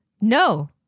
no